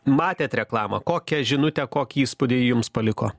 matėt reklamą kokią žinutę kokį įspūdį jums paliko